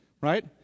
right